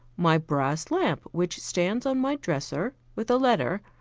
my brass lamp which stands on my dresser, with a letter,